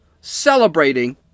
celebrating